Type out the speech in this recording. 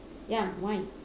ya why